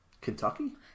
Kentucky